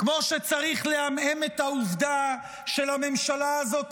כמו שצריך לעמעם את העובדה שלממשלה הזאת